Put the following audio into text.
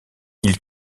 ils